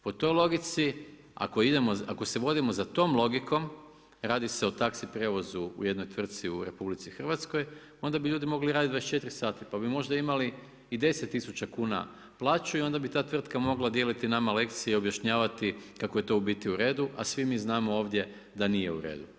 Po toj logici ako se vodimo za tom logikom radi se o taxi prijevozu u jednoj tvrci u RH onda bi ljudi mogli raditi 24 sata pa bi možda imali i 10 tisuća kuna plaću i onda bi ta tvrtka mogla dijeliti nama lekcije i objašnjavati kako je to u biti uredu, a svi mi znamo ovdje da nije uredu.